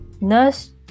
Nurse